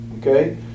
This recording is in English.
okay